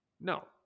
No